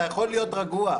אתה יכול להיות רגוע,